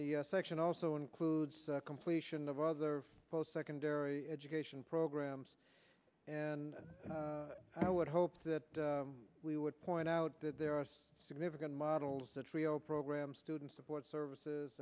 the section also includes completion of other post secondary education programs and i would hope that we would point out that there are significant models that real programs student support services